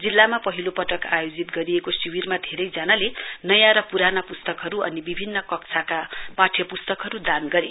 जिल्लामा पहिलोपटक आयोजित गरिएको शिवरमा धेरै जनाले नयाँ र प्राना पुस्तकहरू अनि विभिन्न कक्षाका पाठ्य पुस्तकहरू दान गरे